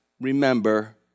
remember